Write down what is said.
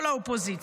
כל האופוזיציה.